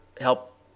help